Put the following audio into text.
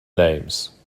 names